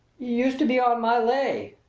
used to be on my lay,